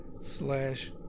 slash